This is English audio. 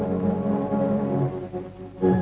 oh yeah